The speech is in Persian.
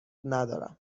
ندارم